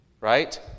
right